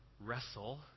wrestle